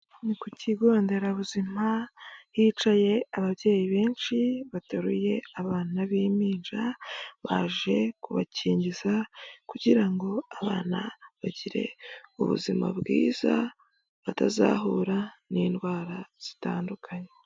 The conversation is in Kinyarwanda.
Ni ku kigonderabuzima, hicaye ababyeyi benshi bateruye abana b'impinja, baje kubakingiza kugira ngo abana bagire ubuzima bwiza, batazahura n'indwara zitandukanye.